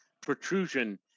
protrusion